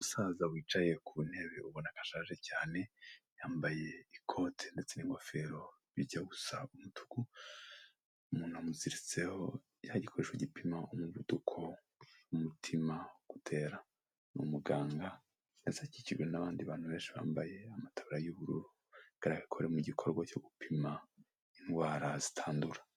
Umusaza wicaye ku ntebe ubona ashaje cyane yambaye ikote ndetse n'ingofero bijya gusa umutuku, umuntu amuziritseho cya gikoresho gipima umuvuduko w'umutima uko utera, umuganga aza akikijwe nabandi bantu benshi bambaye amataburiya y'ubururu bakaba bari mu gikorwa cyo gupima indwara zitandura.